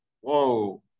whoa